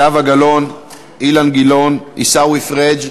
זהבה גלאון, אילן גילאון, עיסאווי פריג'